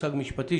המושג המשפטי